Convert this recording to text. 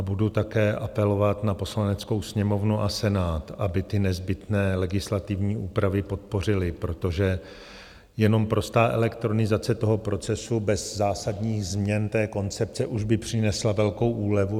Budu také apelovat na Poslaneckou sněmovnu a Senát, aby nezbytné legislativní úpravy podpořily, protože jenom prostá elektronizace toho procesu bez zásadních změn koncepce už by přinesla velkou úlevu.